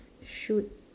shoot